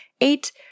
Eight